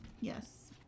Yes